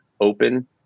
open